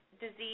disease